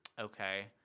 Okay